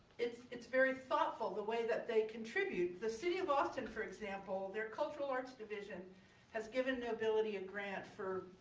it's it's very thoughtful the way that they contribute. the city of austin, for example their cultural arts division has given knowbility a grant for,